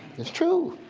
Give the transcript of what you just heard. it's true.